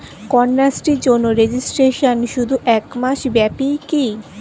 কন্যাশ্রীর জন্য রেজিস্ট্রেশন শুধু এক মাস ব্যাপীই কি?